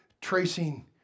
tracing